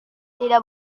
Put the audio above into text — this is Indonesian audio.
tidak